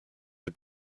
are